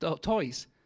toys